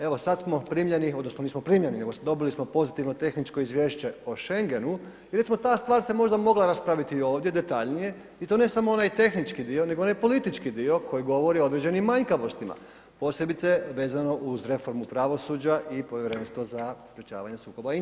Evo sad smo primljeni odnosno nismo primljeni nego dobili smo pozitivno tehničko izvješće o Schengenu i recimo ta stvar se možda mogla raspraviti ovdje detaljnije i to ne samo onaj tehnički dio nego i onaj politički dio koji govori o određenim manjkavostima, posebice vezano uz reformu pravosuđa i Povjerenstva za sprječavanje sukoba interesa.